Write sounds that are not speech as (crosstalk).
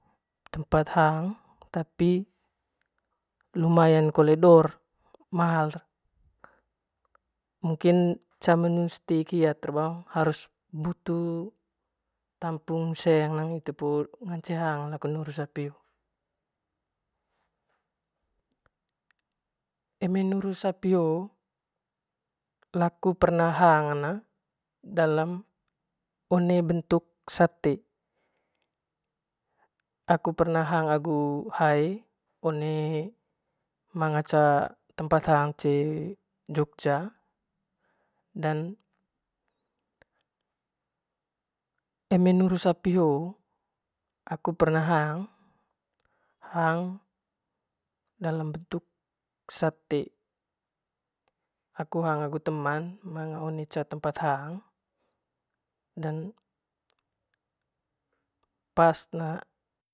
Tempat hang tapi lumayan kole dor mahald mungkin cama haer stik hia hitu (unintelligible) harus butu tamping seng hitu po ngaceng hang laku nuru sapi hoo nuru sapi hoo laku pernah hang one bentuk sate aku perna hang agu hae one manga ca tempat hang cee jogja eme nuuru sapi hoo aku perna hang hang dalam bentuk sate aku hang agu teman manga one ca tempat hang dan pasla.